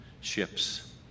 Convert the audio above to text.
ships